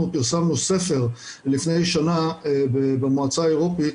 אנחנו פרסמנו ספר לפני שנה במועצה האירופית